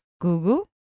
Google